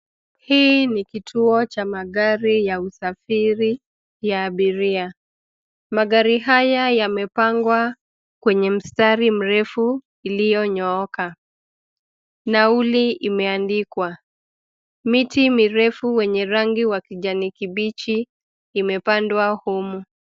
Hii ni kituo cha magari ya usafiri ya abiria. Magari haya yamepangwa kwenye mstari mrefu iliyonyooka. Nauli imeandikwa. Miti mirefu wenye rangi wa kijani kibichi imepandwa humu.